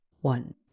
One